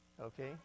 Okay